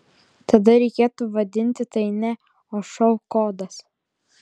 tada reikėtų vadinti tai ne o šou kodas